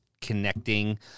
connecting